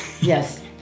Yes